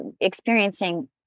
experiencing